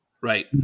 Right